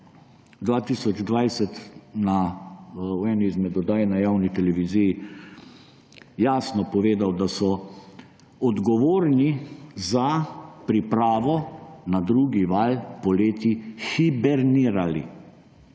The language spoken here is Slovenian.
2020 v eni izmed oddaj na javni televiziji jasno povedal, da so odgovorni za pripravo na drugi val poleti hibernirali.